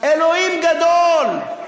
אלוהים גדול,